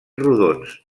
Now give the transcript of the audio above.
rodons